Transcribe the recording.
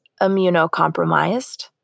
immunocompromised